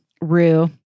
Rue